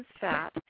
fat